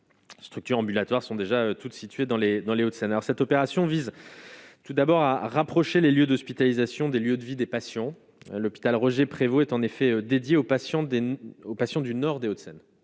2020 structures ambulatoires sont déjà toutes situées dans les, dans les Hauts-de-Seine, alors, cette opération vise tout d'abord à rapprocher les lieux d'hospitalisation des lieux de vie des patients l'hôpital Roger Prévôt est en effet dédiée aux patients, aux patients du nord des Hauts-de-Seine.